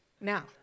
now